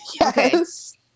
Yes